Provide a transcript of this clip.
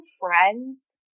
friends